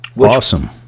Awesome